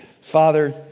Father